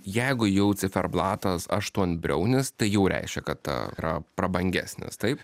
jeigu jau ciferblatas aštuonbriaunis tai jau reiškia kad ta yra prabangesnis taip